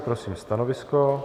Prosím stanovisko.